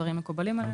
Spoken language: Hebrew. הדברים מקובלים עלינו.